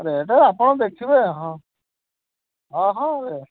rate ଆପଣ ଦେଖିବେ ହଁ ହଁ ହଁ